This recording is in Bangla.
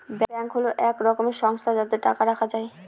ব্যাঙ্ক হল এক রকমের সংস্থা যাতে টাকা রাখা যায়